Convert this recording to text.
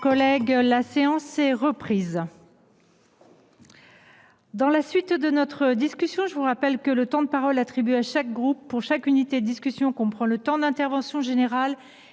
suspendue. La séance est reprise. Mes chers collègues, je vous rappelle que le temps de parole attribué à chaque groupe pour chaque unité de discussion comprend le temps de l’intervention générale